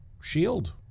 shield